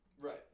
Right